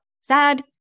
sad